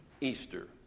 Easter